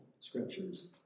scriptures